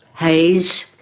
haze,